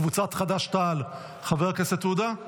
קבוצת חד"ש-תע"ל, חבר הכנסת עודה,